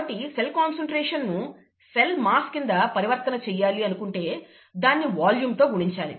కాబట్టి cell concentration ను cell mass కింద పరివర్తన చెయ్యాలి అనుకుంటే దాన్ని వాల్యూమ్ తో గుణించాలి